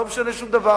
לא משנה שום דבר,